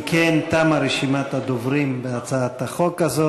אם כן, תמה רשימת הדוברים בהצעת החוק הזאת.